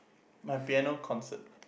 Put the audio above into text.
my piano concert